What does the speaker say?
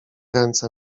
ręce